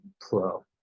pro